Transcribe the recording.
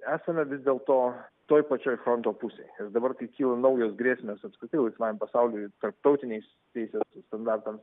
esame vis dėl to toj pačioj fronto pusėj ir dabar kai kyla naujos grėsmės apskritai laisvajam pasauliui tarptautiniais teisės standartams